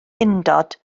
undod